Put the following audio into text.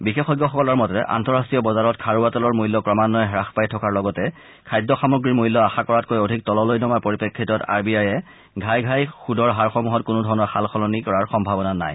বিশেষজ্ঞসকলৰ মতে আন্তঃৰাষ্ট্ৰীয় বজাৰত খাৰুৱা তেলৰ মূল্য ক্ৰমান্বয়ে হাস পাই থকাৰ লগতে খাদ্য সামগ্ৰীৰ মূল্য আশা কৰাতকৈ অধিক তললৈ নমাৰ পৰিপ্ৰেক্ষিতত আৰ বি আইয়ে ঘাই ঘাই সূদৰ হাৰসমূহত কোনো ধৰণৰ সাল সলনি কৰাৰ সম্ভাৱনা নাই